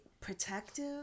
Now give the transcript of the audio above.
protective